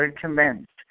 commenced